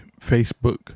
facebook